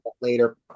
later